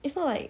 it's not like